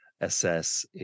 Assess